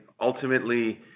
ultimately